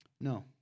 no